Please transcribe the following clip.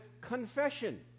Confession